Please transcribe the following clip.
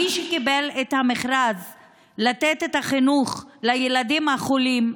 מי שקיבל את המכרז לתת את החינוך לילדים החולים,